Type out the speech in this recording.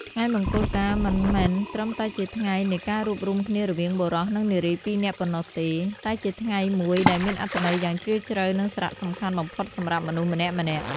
ថ្ងៃមង្គលការមិនមែនត្រឹមតែជាថ្ងៃនៃការរួបរួមគ្នារវាងបុរស និងនារីពីរនាក់ប៉ុណ្ណោះទេ តែជាថ្ងៃមួយដែលមានអត្ថន័យយ៉ាងជ្រាលជ្រៅ និងសារៈសំខាន់បំផុតសម្រាប់មនុស្សម្នាក់ៗ។